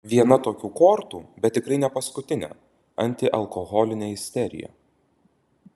viena tokių kortų bet tikrai ne paskutinė antialkoholinė isterija